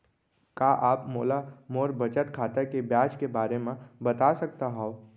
का आप मोला मोर बचत खाता के ब्याज के बारे म बता सकता हव?